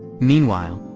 meanwhile,